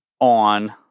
on